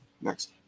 Next